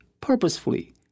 purposefully